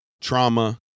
trauma